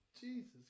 Jesus